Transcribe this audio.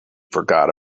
forgot